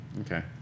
Okay